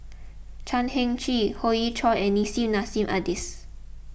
Chan Heng Chee Hoey Choo and Nissim Nassim Adis